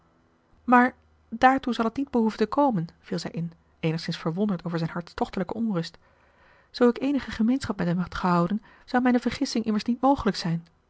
maar daartoe zal het niet behoeven te komen viel zij in eenigszins verwonderd over zijne hartstochtelijke onrust zoo ik eenige gemeenschap met hem had gehouden zou mijne vergissing immers niet mogelijk zijn